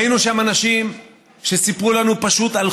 ראינו שם אנשים שסיפרו לנו פשוט על